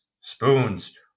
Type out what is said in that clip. spoons